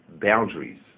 boundaries